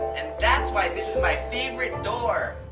and that's why this is my favorite door.